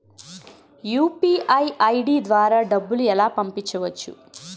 UPI ID ద్వారా డబ్బులు ఎలా పంపవచ్చు?